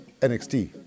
NXT